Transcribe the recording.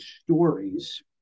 stories